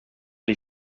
les